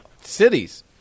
Cities